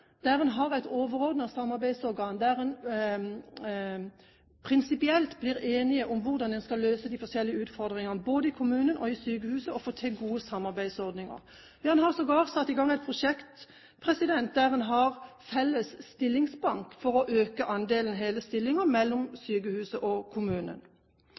der en prinsipielt blir enig om hvordan en skal løse de forskjellige utfordringene, både i kommunene og i sykehusene, og få til gode samarbeidsordninger. Man har sågar satt i gang et prosjekt der en har felles stillingsbank for å øke andelen hele stillinger mellom sykehuset og kommunen.